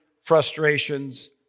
frustrations